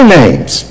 names